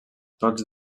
tots